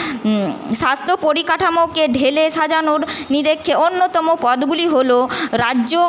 স্বাস্থ্য পরিকাঠামোকে ঢেলে সাজানোর নিরেক্ষে অন্যতম পদগুলি হলো রাজ্য